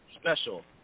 special